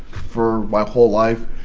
for my whole life,